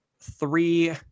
three